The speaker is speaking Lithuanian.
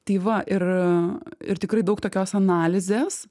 tai va ir ir tikrai daug tokios analizės